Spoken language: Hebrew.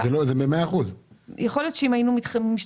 של 100%. יכול להיות שאם היינו משתמשים